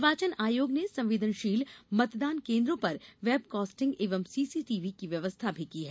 निर्वाचन आयोग ने संवेदनशील मतदान केन्द्रों पर वेबकास्टिंग एवं सीसीटीवी की व्यवस्था भी की है